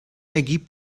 ergibt